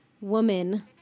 woman